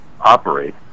operate